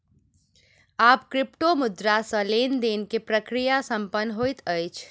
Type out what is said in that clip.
आब क्रिप्टोमुद्रा सॅ लेन देन के प्रक्रिया संपन्न होइत अछि